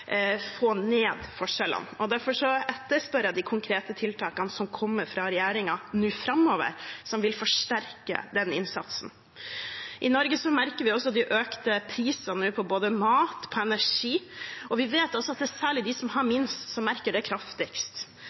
få ned forskjellene. Derfor etterspør jeg hvilke konkrete tiltak som kommer fra regjeringen framover, som vil forsterke den innsatsen. I Norge merker vi nå også de økte prisene på både mat og energi. Vi vet også at det er særlig de som har minst, som merker det kraftigst.